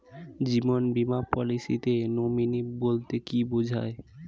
জীবন বীমা পলিসিতে নমিনি বলতে কি বুঝায়?